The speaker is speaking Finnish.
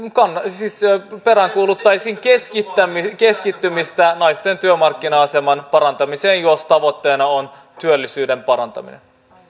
siis peräänkuuluttaisin keskittymistä keskittymistä naisten työmarkkina aseman parantamiseen jos tavoitteena on työllisyyden parantaminen